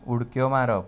उडक्यो मारप